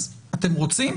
אז אתם רוצים?